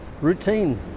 Routine